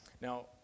now